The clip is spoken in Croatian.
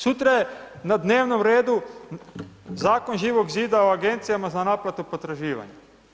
Sutra je na dnevnom redu zakon Živog zida o Agencijama za naplatu potraživanja.